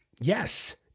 yes